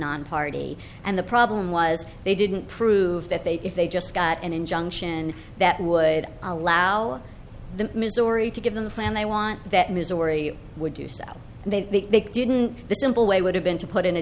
nonparty and the problem was they didn't prove that they if they just got an injunction that would allow the missouri to give them the plan they want that missouri would do so they big didn't the simple way would have been to put in a